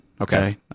Okay